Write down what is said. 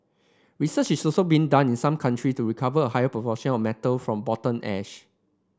research is also being done in some country to recover a higher proportion of metal from bottom ash